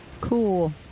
Cool